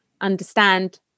understand